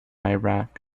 iraq